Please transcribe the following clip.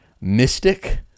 mystic